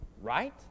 right